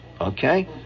Okay